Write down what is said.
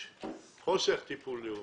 יש חוסר טיפול לאומי,